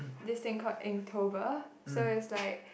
this thing called Inktober so it's like